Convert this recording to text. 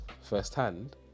firsthand